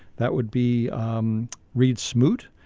that would be um reed smoot.